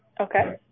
Okay